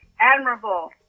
admirable